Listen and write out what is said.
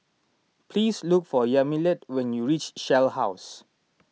please look for Yamilet when you reach Shell House